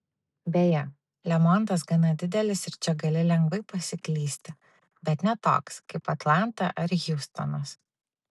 beje lemontas gana didelis ir čia gali lengvai pasiklysti bet ne toks kaip atlanta ar hjustonas